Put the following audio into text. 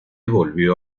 volvió